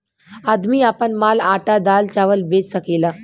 आदमी आपन माल आटा दाल चावल बेच सकेला